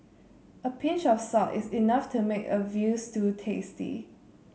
a pinch of salt is enough to make a veal stew tasty